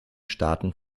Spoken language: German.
staaten